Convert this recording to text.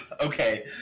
Okay